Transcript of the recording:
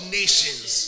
nations